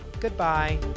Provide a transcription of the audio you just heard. Goodbye